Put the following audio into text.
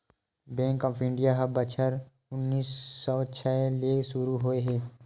bank of India ह बछर उन्नीस सौ छै ले सुरू होए हे